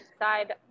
decide